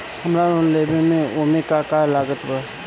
हमरा लोन लेवे के बा ओमे का का लागत बा?